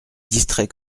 distrait